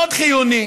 מאוד חיוני,